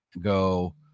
go